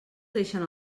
deixen